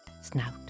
snout